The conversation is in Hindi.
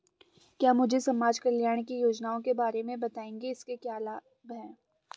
क्या मुझे समाज कल्याण की योजनाओं के बारे में बताएँगे इसके क्या लाभ हैं?